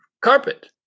carpet